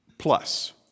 Plus